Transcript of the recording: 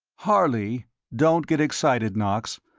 harley don't get excited, knox.